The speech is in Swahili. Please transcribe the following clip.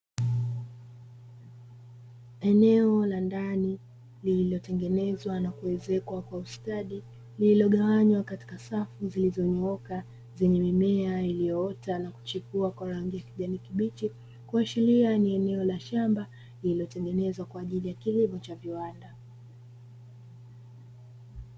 Eneo la ndani lililotengenezwa na kuezekwa kwa ustadi lililogawanywa katika safu zilizonyooka zenye mimea iliyoota na kuchipua kwa rangi ya kijani kibichi, kuashiria ni eneo la shamba lililotengenezwa kwa ajili ya kilimo cha viwanda.